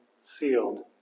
sealed